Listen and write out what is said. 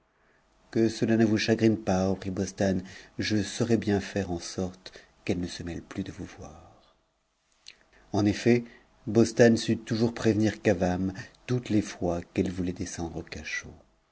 que cela ne vous chagrine pas reprit bostane je saurai bien faire en sorte qu'elle ne se mêle plus de vous voir e en effet bostane sut toujours prévenir cavame toutes les fois qu'elle voulait descendre au